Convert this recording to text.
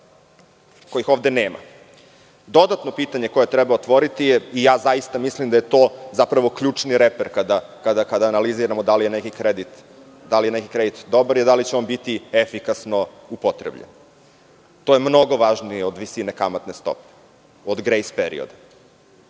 kojih ovde nema. Dodatno pitanje koje treba otvoriti i zaista mislim da je to ključni reper kada analiziramo da li je neki kredit dobar je da li će on biti efikasno upotrebljen? To je mnogo važnije od visine kamatne stope, od grejs perioda.